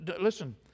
listen